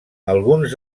alguns